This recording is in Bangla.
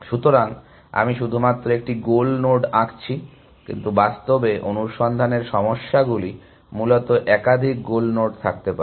সুতরাং আমি শুধুমাত্র একটি গোল নোড আঁকছি কিন্তু বাস্তবে অনুসন্ধানের সমস্যাগুলি মূলত একাধিক গোল নোড থাকতে পারে